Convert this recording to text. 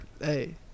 Hey